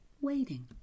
waiting